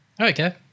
Okay